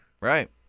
Right